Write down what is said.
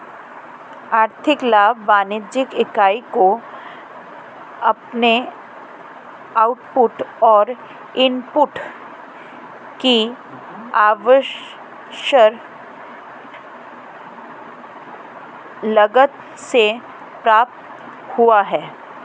आर्थिक लाभ वाणिज्यिक इकाई को अपने आउटपुट और इनपुट की अवसर लागत से प्राप्त हुआ है